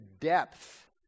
depth